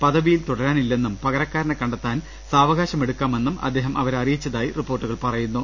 പദവിയിൽ തുട രാനില്ലെന്നും പകരക്കാരനെ കണ്ടെത്താൻ സാവകാശം എടുക്കാ മെന്നും അദ്ദേഹം അവരെ അറിയിച്ചതായി റിപ്പോർട്ടുകൾ പറയുന്നു